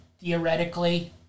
theoretically